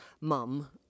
mum